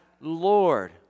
Lord